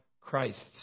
Christ's